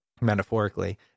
metaphorically